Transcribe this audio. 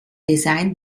designed